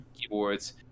keyboards